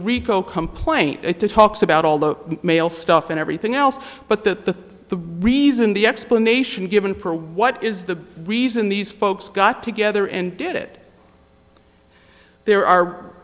rico complaint talks about all the male stuff and everything else but the reason the explanation given for what is the reason these folks got together and did it there are